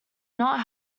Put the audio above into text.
not